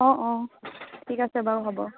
অঁ অঁ ঠিক আছে বাৰু হ'ব